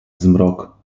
zmrok